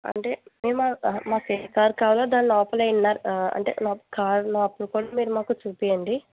అంటే మాకు ఏ కార్ కావాలో దాని లోపల ఇన్నర్ అంటే కారు లోపల కూడా మీరు మాకు చూపించండి